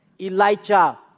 Elijah